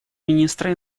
министра